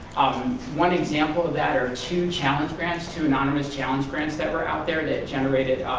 one example of that are two challenge grants, two anonymous challenge grants that were out there that generated,